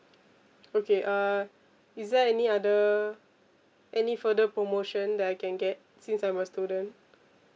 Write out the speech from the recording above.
okay uh is there any other any further promotion that I can get since I'm a student